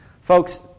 Folks